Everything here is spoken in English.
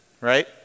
right